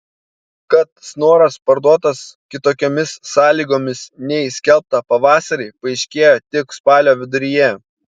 kad snoras parduotas kitokiomis sąlygomis nei skelbta pavasarį paaiškėjo tik spalio viduryje